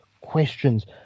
questions